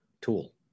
tool